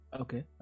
okay